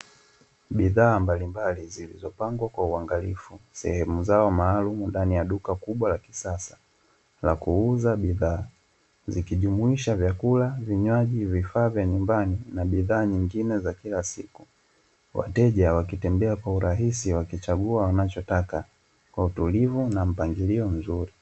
Bidhaa mbalimbali zilizopangwa kwa uangalifu sehemu zao maalumu ndani ya duka kubwa la kisasa la kuuza bidhaa. Zikijumuisha vyakula, vinywaji, vifaa vya nyumbani na bidhaa nyingine za kila siku. Wateja wakitembea kwa urahisi wakichagua wanachotaka kwa utulivu na mpangilio mzuri.